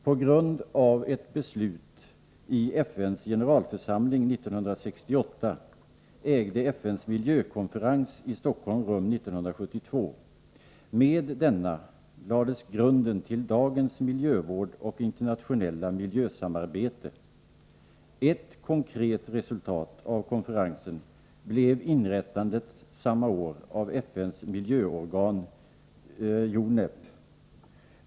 På grund av ett beslut i FN:s generalförsamling 1968 ägde FN:s miljökonferens i Stockholm rum 1972. Med denna lades grunden till dagens miljövård och internationella miljösamarbete. Ett konkret resultat av konferensen blev inrättandet samma år av FN:s miljöorgan, UNEP.